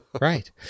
right